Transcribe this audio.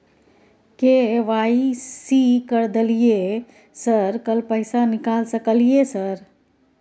KYC कर दलियै sir कल पैसा निकाल सकलियै सर?